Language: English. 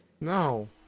No